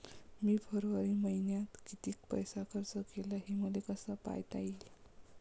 मी फरवरी मईन्यात कितीक पैसा खर्च केला, हे मले कसे पायता येईल?